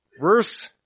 Verse